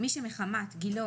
מי שמחמת גילו,